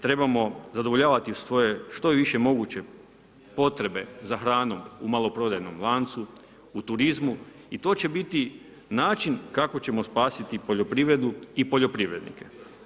Treba zadovoljavati svoje, što je moguće potrebe za hranom u maloprodajnom lancu, u turizmu i to će biti način, kako ćemo spasiti poljoprivredu i poljoprivrednike.